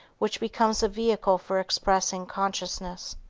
which becomes a vehicle for expressing consciousness,